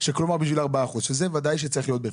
שזה ודאי שצריך להיות בפנים.